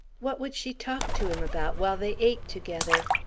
what would she talk to him about while they ate together?